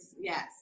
yes